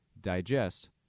digest